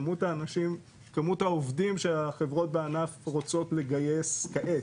כמות העובדים שהחברות בענף רוצות לגייס כעת,